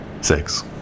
Six